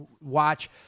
watch